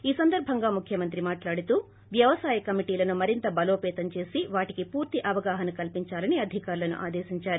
ఈ సందర్భంగా ముఖ్యమంత్రి మాట్లాడుతూ వ్యవసాయ కమిటీలను మరింత బలోపతం చేసి వాటికి పూర్తి అవగాహన కల్సించాలని అధికారులను ఆదేశించారు